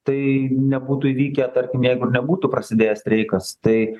tai nebūtų įvykę tarkim jeigu ir nebūtų prasidėjęs streikas tai